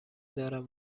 دارم